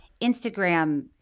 Instagram